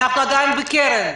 אנחנו עדיין בקרן.